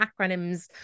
acronyms